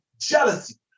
jealousy